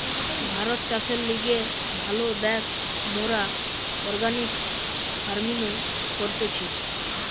ভারত চাষের লিগে ভালো দ্যাশ, মোরা অর্গানিক ফার্মিনো করতেছি